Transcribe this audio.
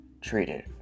treated